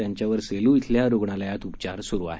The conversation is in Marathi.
त्यांच्यावर सेलू इथल्या रुग्णालयात उपचार सुरु आहेत